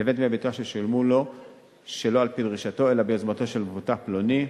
לבין דמי ביטוח ששולמו לו שלא על-פי דרישתו אלא ביוזמתו של מבוטח פלוני.